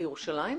בירושלים?